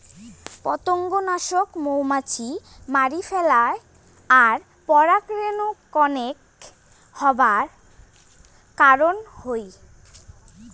পতঙ্গনাশক মধুমাছি মারি ফেলায় আর পরাগরেণু কনেক হবার কারণ হই